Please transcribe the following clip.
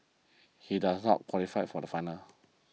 he does not qualify for the final